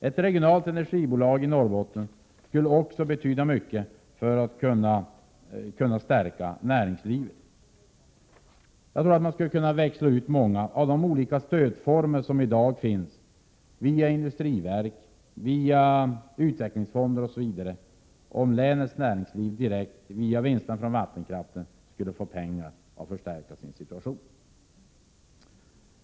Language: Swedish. Ett regionalt energibolag i Norrbotten skulle också vara av stor betydelse när det gäller att stärka näringslivet. Jag tror att man skulle kunna växla ut många av de olika former av stöd som i dag utgår via industriverk, utvecklingsfonder osv., om länets näringsliv direkt via vinsterna från vattenkraften kunde få pengar för att förstärka sin situation.